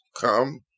come